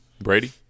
Brady